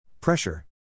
Pressure